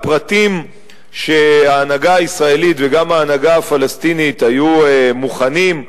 הפרטים שההנהגה הישראלית וגם ההנהגה הפלסטינית היו מוכנות,